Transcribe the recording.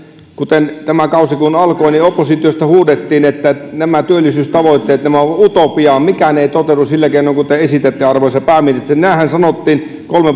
kun tämä kausi alkoi niin oppositiosta huudettiin että nämä työllisyystavoitteet ovat utopiaa mikään ei toteudu sillä keinoin kuin te esitätte arvoisa pääministeri näinhän sanottiin kolme